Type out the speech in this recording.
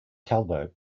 talbot